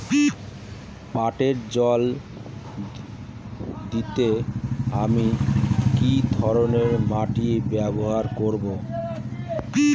পাটে জল দিতে আমি কি ধরনের মোটর ব্যবহার করব?